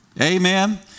Amen